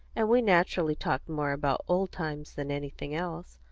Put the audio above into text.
and we naturally talked more about old times than anything else.